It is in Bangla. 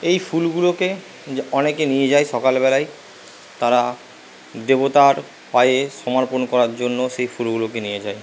এই ফুলগুলোকে অনেকে নিয়ে যায় সকালবেলায় তারা দেবতার পায়ে সমর্পণ করার জন্য সেই ফুলগুলোকে নিয়ে যায়